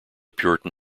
puritan